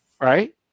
Right